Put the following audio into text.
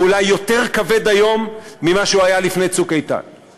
אולי יותר כבד היום ממה שהוא היה לפני "צוק איתן";